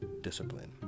discipline